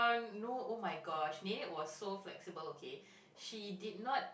no oh my gosh nenek was so flexible okay she did not know